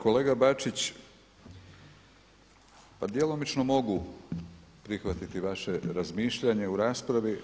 Kolega Bačić, pa djelomično mogu prihvatiti vaše razmišljanje u raspravi.